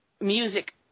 music